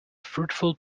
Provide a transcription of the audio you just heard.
fruitful